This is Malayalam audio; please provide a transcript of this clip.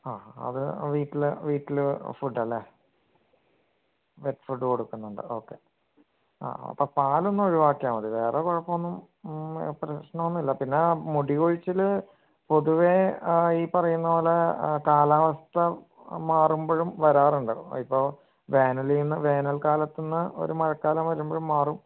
ആ അത് വീട്ടിൽ വീട്ടിലെ ഫുഡ് അല്ലെ പെറ്റ് ഫുഡ് കൊടുക്കുന്നുണ്ട് ഓക്കെ ആ പാൽ ഒന്നൊഴിവാക്കിയാൽ മതി വേറെ കുഴപ്പമൊന്നും പ്രശ്നമൊന്നും ഇല്ല പിന്നെ മുടികൊഴിച്ചിൽ പൊതുവെ ഈ പറയുന്നത് പോലെ കാലാവസ്ഥ മാറുമ്പോഴും വരാറുണ്ട് ഇപ്പം വേനലിൽ നിന്ന് വേനൽകാലത്തിൽ നിന്ന് ഒരു മഴക്കാലം വരുമ്പോഴും മാറും